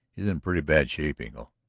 he's in pretty bad shape, engle.